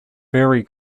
furry